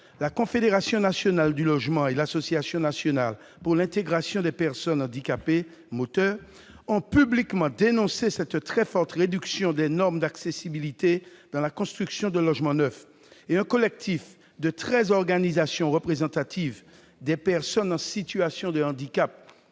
la Confédération nationale du logement et l'Association nationale pour l'intégration des personnes handicapées moteur, l'ANPIHM, ont publiquement dénoncé cette « très forte réduction des normes d'accessibilité dans la construction de logements neufs », et un collectif de treize organisations représentatives des personnes en situation de handicap